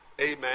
Amen